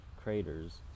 craters